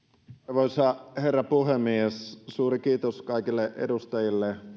arvoisa herra puhemies suuri kiitos kaikille edustajille